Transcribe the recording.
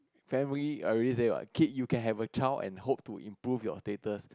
family already say what kid you can have a child and hope to improve your status